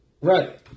Right